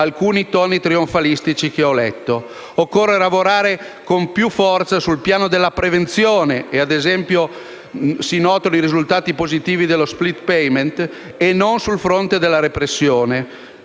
alcuni toni trionfalistici che ho letto. Occorre lavorare con più forza sul piano della prevenzione - si notano, ad esempio, i risultati positivi dello *split payment* - e non sul fronte della repressione.